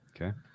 Okay